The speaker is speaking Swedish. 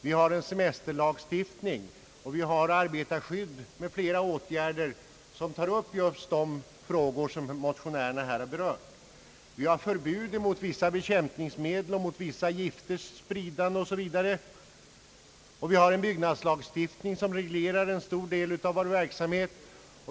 Vi har en semesterlagstiftning, och vi har arbetarskydd m.fl. åtgärder som gäller just de frågor som motionärerna här har berört. Vi har förbud mot vissa bekämpningsmedel och mot vissa gifters spridande osv., och vi har en byggnadslagstiftning som reglerar en stor del av vår verksamhet.